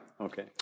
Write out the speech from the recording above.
Okay